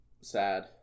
sad